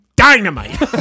Dynamite